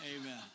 Amen